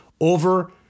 over